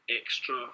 extra